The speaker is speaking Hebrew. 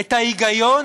את ההיגיון